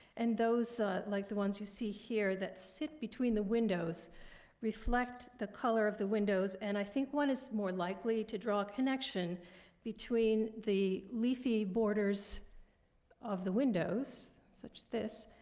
and those like the ones you see here that sit between the windows reflect the color of the windows. and i think one is more likely to draw a connection between the leafy borders of the windows, such this,